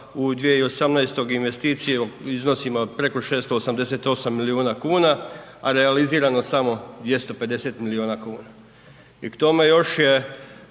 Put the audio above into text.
u 2018. investiciju u iznosima preko 688 milijuna kuna, a realizirano samo 250 milijuna kuna. I k tome još je,